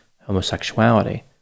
homosexuality